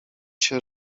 się